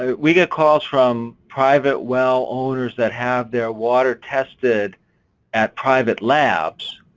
ah we get calls from private well owners that have their water tested at private labs.